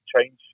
change